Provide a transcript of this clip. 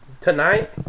tonight